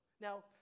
Now